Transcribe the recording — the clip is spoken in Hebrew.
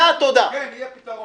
כן, יהיה פתרון.